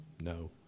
No